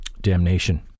Damnation